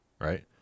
right